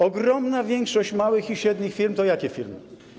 Ogromna większość małych i średnich firm to jakie firmy?